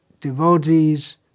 devotees